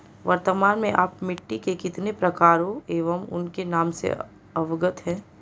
वर्तमान में आप मिट्टी के कितने प्रकारों एवं उनके नाम से अवगत हैं?